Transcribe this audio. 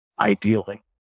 ideally